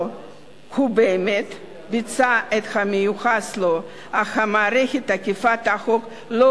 או שהוא באמת ביצע את המיוחס לו אך מערכת אכיפת החוק לא